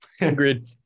Agreed